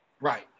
right